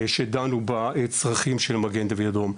שדנו בצרכים של מגן דוד אדום.